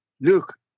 look